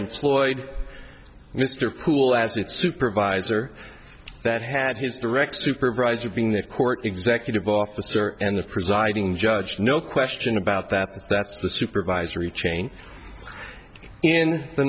employed mr poole as it supervisor that had his direct supervisor being the court executive officer and the presiding judge no question about that that's the supervisory chain in the